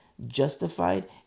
justified